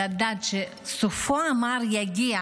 לדעת שסופו המר יגיע,